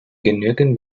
genügend